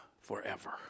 forever